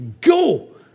Go